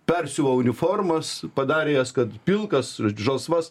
persiuvo uniformas padarė jas kad pilkas žodžiu žalsvas